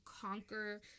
conquer